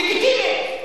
לגיטימי.